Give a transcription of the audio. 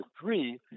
three